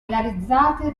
realizzate